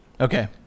Okay